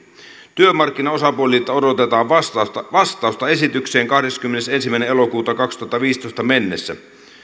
työmarkkinaosapuolilta odotetaan vastausta vastausta esitykseen kahdeskymmenesensimmäinen elokuuta kaksituhattaviisitoista mennessä